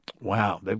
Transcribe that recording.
Wow